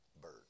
bird